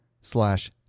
slash